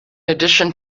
addition